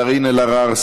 קארין אלהרר,